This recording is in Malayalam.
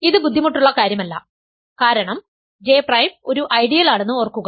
ഇത് ബുദ്ധിമുട്ടുള്ള കാര്യമല്ല കാരണം J പ്രൈം ഒരു ഐഡിയൽ ആണെന്ന് ഓർക്കുക